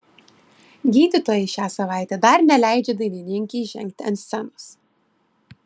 gydytojai šią savaitę dar neleidžia dainininkei žengti ant scenos